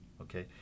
okay